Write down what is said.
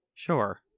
sure